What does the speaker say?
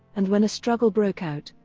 and when a struggle broke out,